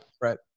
right